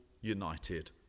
united